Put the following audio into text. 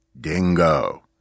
dingo